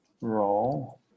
roll